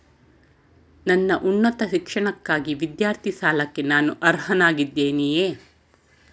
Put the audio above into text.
ನನ್ನ ಉನ್ನತ ಶಿಕ್ಷಣಕ್ಕಾಗಿ ವಿದ್ಯಾರ್ಥಿ ಸಾಲಕ್ಕೆ ನಾನು ಅರ್ಹನಾಗಿದ್ದೇನೆಯೇ?